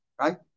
Right